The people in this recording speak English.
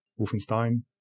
Wolfenstein